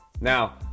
Now